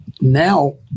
now